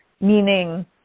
Meaning